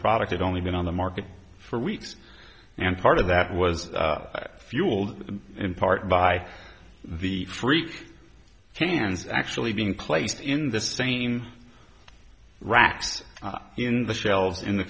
product had only been on the market for weeks and part of that was fueled in part by the freak cans actually being placed in the same racks in the shelves in the